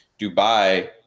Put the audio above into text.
Dubai